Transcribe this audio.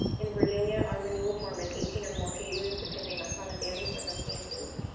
in virginia, our renewal form is eighteen or more pages depending on the family's circumstances.